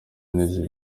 neza